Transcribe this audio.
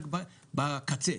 רק בקצה.